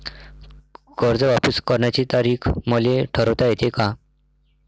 कर्ज वापिस करण्याची तारीख मले ठरवता येते का?